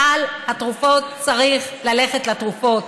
סל התרופות צריך ללכת לתרופות,